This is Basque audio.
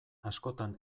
askotan